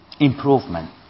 improvement